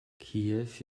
kiew